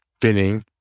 finning